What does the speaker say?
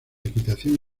equitación